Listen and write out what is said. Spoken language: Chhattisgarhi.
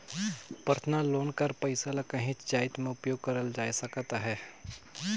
परसनल लोन कर पइसा ल काहींच जाएत में उपयोग करल जाए सकत अहे